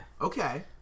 Okay